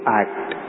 act